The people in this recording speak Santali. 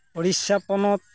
ᱩᱲᱤᱥᱥᱟ ᱯᱚᱱᱚᱛ